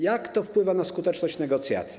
Jak to wpływa na skuteczność negocjacji?